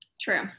True